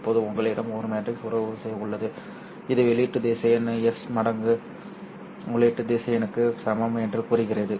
இப்போது உங்களிடம் ஒரு மேட்ரிக்ஸ் உறவு உள்ளது இது வெளியீட்டு திசையன் S மடங்கு உள்ளீட்டு திசையனுக்கு சமம் என்று கூறுகிறது